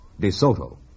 DeSoto